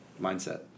mindset